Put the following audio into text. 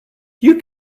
you